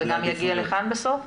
זה גם יגיע לכאן בסוף?